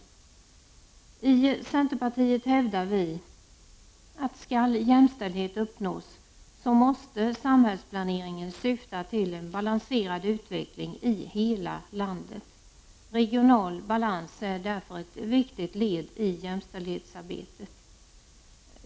Vi i centerpartiet hävdar bestämt att skall jämställdhet uppnås måste samhällsplaneringen syfta till en balanserad utveckling i hela landet. Regional balans är därför ett viktigt led i jämställdhetsarbetet.